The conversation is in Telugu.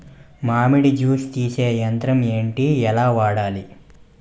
మామిడి జూస్ తీసే యంత్రం ఏంటి? ఎలా వాడాలి?